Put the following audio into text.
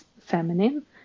feminine